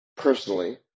Personally